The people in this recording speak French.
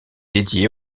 dédiée